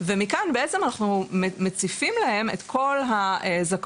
ומכאן בעצם אנחנו מציפים להם את כל הזכאויות